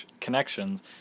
connections